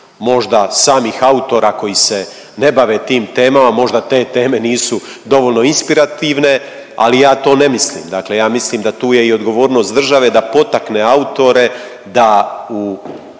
možda samih autora koji se ne bave tim temama, možda te teme nisu dovoljno inspirativne, ali ja to ne mislim. Dakle, ja mislim da tu je i odgovornost države da potakne autore da u